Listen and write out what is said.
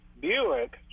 Buick